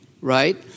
right